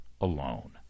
alone